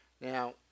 Now